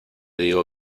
digo